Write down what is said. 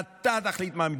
אדוני שר החינוך,